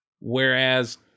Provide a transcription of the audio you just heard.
Whereas